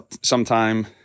sometime